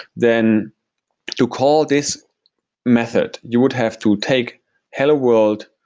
then to call this method you would have to take hello world,